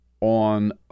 on